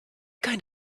kind